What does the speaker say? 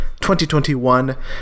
2021